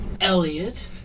Elliot